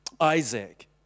Isaac